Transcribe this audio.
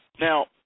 Now